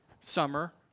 Summer